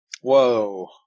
whoa